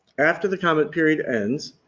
after the comment period ends,